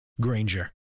Granger